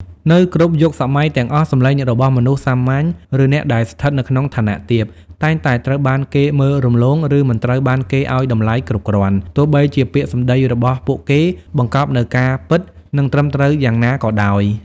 នៅគ្រប់យុគសម័យទាំងអស់ សំឡេងរបស់មនុស្សសាមញ្ញ ឬអ្នកដែលស្ថិតនៅក្នុងឋានៈទាប តែងតែត្រូវបានគេមើលរំលង ឬមិនត្រូវបានគេឲ្យតម្លៃគ្រប់គ្រាន់ ទោះបីជាពាក្យសម្ដីរបស់ពួកគេបង្កប់នូវការពិត និងត្រឹមត្រូវយ៉ាងណាក៏ដោយ។។